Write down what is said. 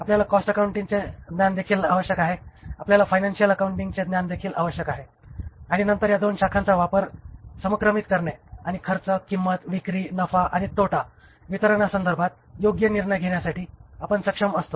आपल्याला कॉस्ट अकाउंटिंगचे ज्ञान देखील आवश्यक आहे आपल्याला फायनान्शिअल अकाउंटिंगचे ज्ञान देखील आवश्यक आहे आणि नंतर या 2 शाखांचा वापर समक्रमित करणे आणि खर्च किंमत विक्री नफा आणि तोटा वितरणासंदर्भात योग्य निर्णय घेण्यासाठी आपण सक्षम असतो